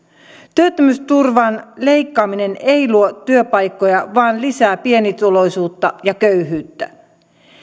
työttömyysturvan leikkaaminen ei luo työpaikkoja vaan lisää pienituloisuutta ja köyhyyttä